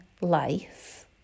life